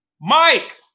Mike